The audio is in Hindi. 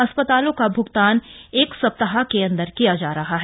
अस्पतालों का भ्गतान एक सप्ताह के अन्दर किया जा रहा है